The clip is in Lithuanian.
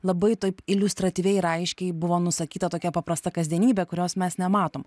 labai taip iliustratyviai ir aiškiai buvo nusakyta tokia paprasta kasdienybė kurios mes nematom